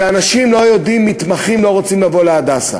שאנשים לא יודעים, מתמחים לא רוצים לבוא ל"הדסה",